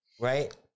right